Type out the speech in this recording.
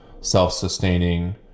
self-sustaining